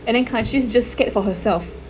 and then kan chee is just scared for herself